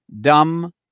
dumb